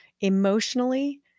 Emotionally